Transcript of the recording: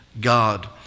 God